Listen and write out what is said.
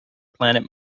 planet